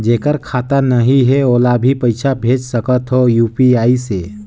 जेकर खाता नहीं है ओला भी पइसा भेज सकत हो यू.पी.आई से?